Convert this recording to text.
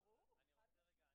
ברור, חד משמעי.